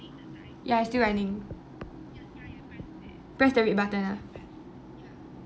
ya still running press the red button ah